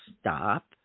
stop